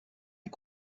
est